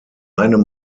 einem